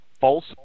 false